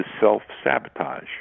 self-sabotage